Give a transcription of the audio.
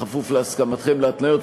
בכפוף להסכמתכם להתניות,